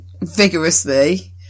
vigorously